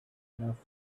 enough